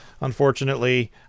unfortunately